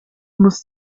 muss